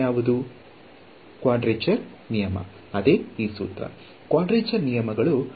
ನಾನು ಹೊಸ ಫಂಕ್ಷನ್ನೊಂದಿಗೆ ಬಂದರೆ ನಾನು ಕ್ವಾಡ್ರೇಚರ್ ನಿಯಮವನ್ನು ಬದಲಾಯಿಸಬೇಕಾಗಿಲ್ಲ ನನ್ನ ಬಳಿ ಇದೆ